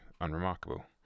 unremarkable